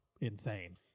insane